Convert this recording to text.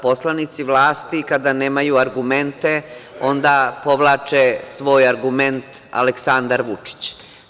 Poslanici vlasti, kada nemaju argumente, onda povlače svoj argument Aleksandar Vučić.